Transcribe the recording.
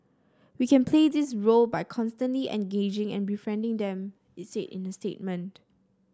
we can play this role by constantly engaging and befriending them it said in a statement